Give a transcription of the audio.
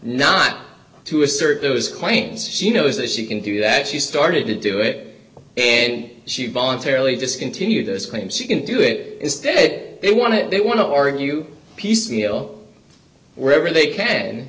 not to assert those claims she knows that she can do that she started to do it then she voluntarily discontinue those claims she can do it instead they want to they want to argue piecemeal wherever they can